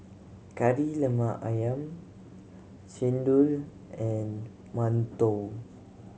Kari Lemak Ayam chendol and mantou